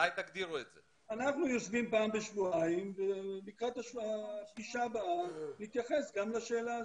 אנחנו יושבים פעם בשבועיים ולקראת הפגישה הבאה נתייחס גם לשאלה הזאת.